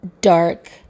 dark